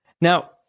now